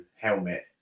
helmet